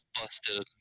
busted